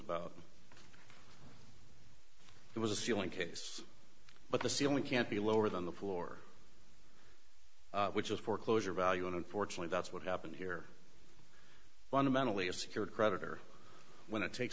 about it was a ceiling case but the c only can't be lower than the floor which is foreclosure value and unfortunately that's what happened here fundamentally a secured creditor when it take